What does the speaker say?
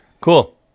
Cool